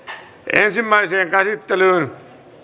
ensimmäiseen käsittelyyn